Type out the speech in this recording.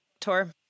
tour